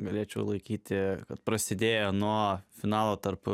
galėčiau laikyti kad prasidėjo nuo finalo tarp